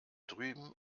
drüben